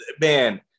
man